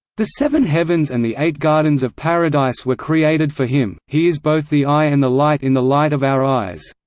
the seven heavens and the eight gardens of paradise were created for him, he is both the eye and the light in the light of our eyes.